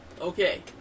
Okay